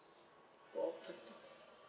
for pate~